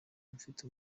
mfite